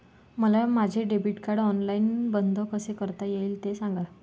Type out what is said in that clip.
मला माझे debit card online बंद कसे करता येईल, ते सांगा